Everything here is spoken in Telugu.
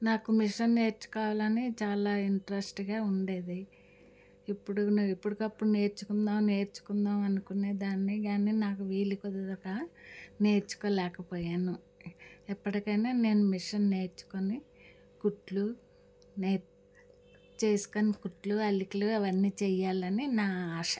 నాకు మిషన్ నేర్చుకోవాలని చాలా ఇంట్రెస్ట్గా ఉండేది ఇప్పుడు ను ఇప్పుడుకిప్పుడు నేర్చుకుందాం నేర్చుకుందాం అనుకునేదాన్ని గానీ నాకు వీలు కుదరక నేర్చుకోలేకపోయాను ఎప్పటికైనా నేను మిషన్ నేర్చుకుని కుట్లు నేర్ చేసుకుని కుట్లు అల్లికలు అవన్ని చెయ్యాలని నా ఆశ